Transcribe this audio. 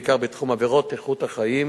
בעיקר בתחום עבירות איכות החיים,